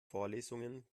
vorlesungen